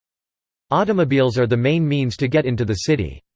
automobiles are the main means to get into the city.